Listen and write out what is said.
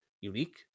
unique